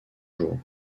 jours